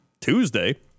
Tuesday